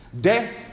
death